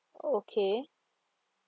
okay